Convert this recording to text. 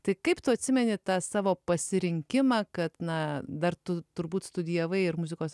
tai kaip tu atsimeni tą savo pasirinkimą kad na dar tu turbūt studijavai ir muzikos